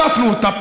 הדפנו אותה.